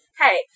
hey